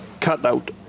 cutout